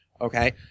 okay